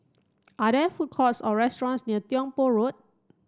are there food courts or restaurants near Tiong Poh Road